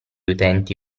utenti